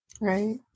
Right